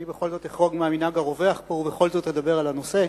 אני בכל זאת אחרוג מהמנהג הרווח פה ובכל זאת אדבר על הנושא.